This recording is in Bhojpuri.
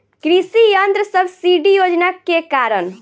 कृषि यंत्र सब्सिडी योजना के कारण?